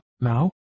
Now